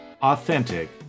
authentic